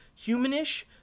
humanish